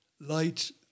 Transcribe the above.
light